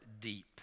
deep